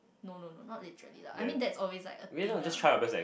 no no no not literally lah I mean that's always like a thing ah